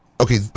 Okay